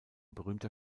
berühmter